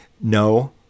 No